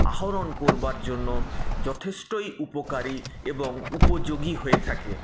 আহরণ করবার জন্য যথেষ্টই উপকারী এবং উপযোগী হয়ে থাকে